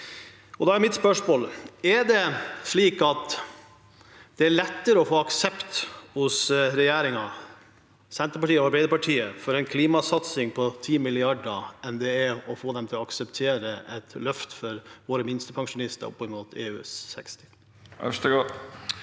Da er mitt spørsmål: Er det slik at det er lettere å få aksept hos regjeringen, Senterpartiet og Arbeiderpartiet, for en klimasatsing på 10 mrd. kr enn det er å få dem til å akseptere et løft for våre minstepensjonister oppimot EU60?